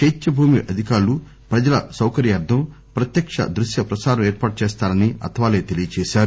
చైత్యభూమి అధికారులు ప్రజల సౌకర్యార్థం ప్రత్యక్ష దృష్య ప్రసారం ఏర్పాటు చేస్తారని అథవాలే తెలియజేశారు